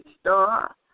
star